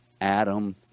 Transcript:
Adam